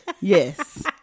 yes